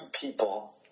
people